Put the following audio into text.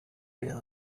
wäre